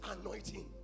anointing